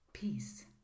Peace